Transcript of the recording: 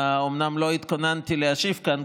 אומנם לא התכוננתי להשיב כאן,